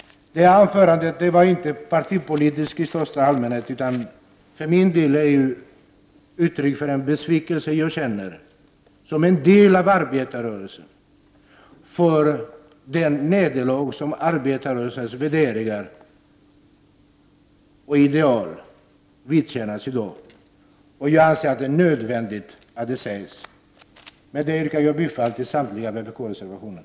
Det här anförandet är inte partipolitiskt i största allmänhet. För min del vill jag ge uttryck för den besvikelse jag känner, som en del av arbetarrörelsen, över det nederlag som arbetarrörelsens värderingar och ideal vidkänns i dag. Jag anser att det är nödvändigt att det sägs. Med detta yrkar jag än en gång bifall till samtliga vpk-reservationer.